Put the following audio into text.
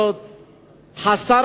השר,